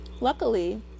Luckily